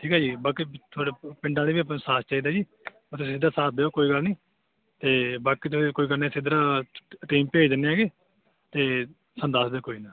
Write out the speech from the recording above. ਠੀਕ ਆ ਜੀ ਬਾਕੀ ਤੁਹਾਡੇ ਪਿੰਡਾਂ ਦੇ ਵੀ ਆਪਾਂ ਸਾਥ ਚਾਹੀਦਾ ਜੀ ਤਾਂ ਸਾਥ ਦਿਓ ਕੋਈ ਗੱਲ ਨਹੀਂ ਅਤੇ ਬਾਕੀ ਤੁਸੀਂ ਕੋਈ ਗੱਲ ਨਹੀਂ ਇਸੇ ਤਰ੍ਹਾਂ ਟੀਮ ਭੇਜ ਦਿੰਦੇ ਹੈਗੇ ਅਤੇ ਸਾਨੂੰ ਦੱਸ ਦਿਓ ਕੋਈ ਨਾ